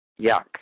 Yuck